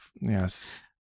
Yes